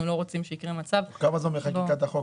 כי אנחנו יודעים שהחוץ בנקאיים פונים